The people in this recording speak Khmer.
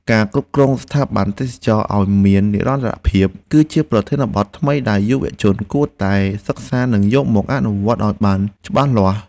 ការគ្រប់គ្រងស្ថាប័នទេសចរណ៍ឱ្យមាននិរន្តរភាព គឺជាប្រធានបទថ្មីដែលយុវជនគួរតែសិក្សានិងយកមកអនុវត្តឱ្យបានច្បាស់លាស់។